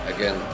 Again